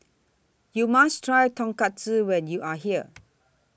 YOU must Try Tonkatsu when YOU Are here